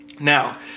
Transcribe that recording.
Now